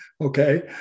Okay